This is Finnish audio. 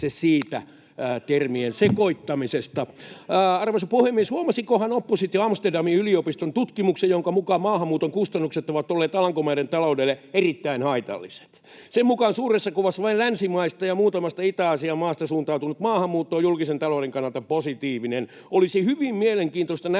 siitä termien sekoittamisesta. [Jani Kokon välihuuto] Arvoisa puhemies! Huomasikohan oppositio Amsterdamin yliopiston tutkimuksen, jonka mukaan maahanmuuton kustannukset ovat olleet Alankomaiden taloudelle erittäin haitalliset. Sen mukaan suuressa kuvassa vain länsimaista ja muutamasta Itä-Aasian maasta suuntautunut maahanmuutto on julkisen talouden kannalta positiivista. Olisi hyvin mielenkiintoista nähdä,